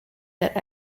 that